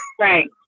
Right